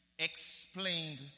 explained